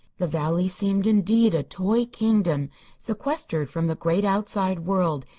the valley seemed, indeed, a toy kingdom sequestered from the great outside world,